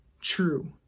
true